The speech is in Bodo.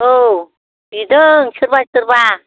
औ बिदों सोरबा सोरबा